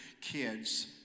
kids